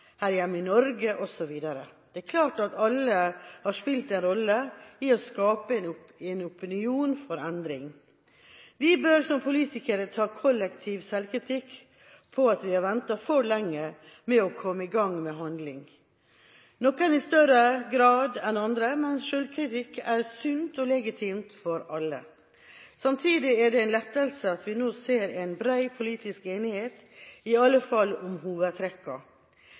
her hjemme i Norge, osv. Det er klart at alle har spilt en rolle i å skape en opinion for endring. Vi bør som politikere ta kollektiv selvkritikk for at vi har ventet for lenge med å komme i gang med handling – noen i større grad enn andre, men selvkritikk er sunt og legitimt for alle. Samtidig er det en lettelse at vi nå ser en bred politisk enighet, i alle fall om